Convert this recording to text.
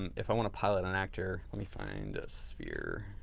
um if i want to pilot an actor, let me find a sphere,